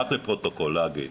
רק לפרוטוקול להגיד,